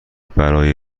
برای